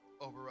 over